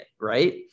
Right